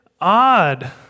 odd